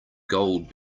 gold